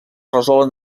resolen